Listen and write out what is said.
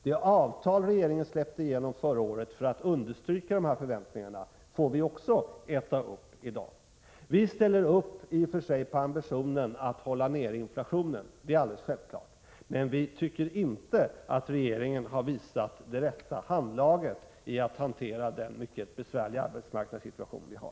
Det avtal som regeringen förra året släppte igenom för att understryka dessa förväntningar får vi i dag också äta upp. Vi ställer i och för sig upp på ambitionen att hålla nere inflationen — det är självklart. Men vi tycker inte att regeringen har visat det rätta handlaget när det gällt att hantera den mycket besvärliga arbetsmarknadssituation vi har.